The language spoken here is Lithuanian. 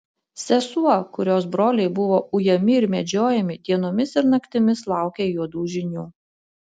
sesuo kurios broliai buvo ujami ir medžiojami dienomis ir naktimis laukė juodų žinių